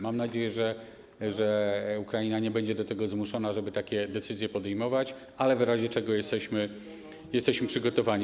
Mam nadzieję, że Ukraina nie będzie do tego zmuszona, żeby takie decyzje podejmować, ale w razie czego jesteśmy przygotowani.